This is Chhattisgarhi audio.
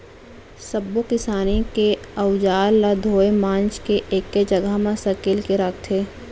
सब्बो किसानी के अउजार ल धोए मांज के एके जघा म सकेल के राखथे